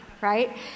right